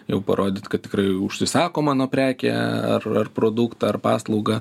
jau parodyt kad tikrai užsisako mano prekę ar ar produktą ar paslaugą